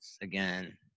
again